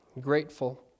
grateful